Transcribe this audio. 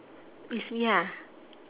it's me ah